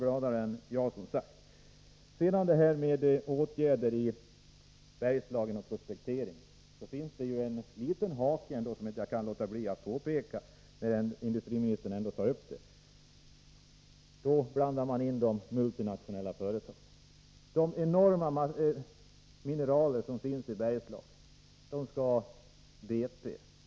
Beträffande åtgärderna i Bergslagen inom prospekteringsområdet finns där en liten hake, som jag inte kan låta bli att peka på, när industriministern ändå nämner detta. I det här sammanhanget blandar man in de multinationella företagen.